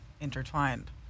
intertwined